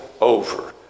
over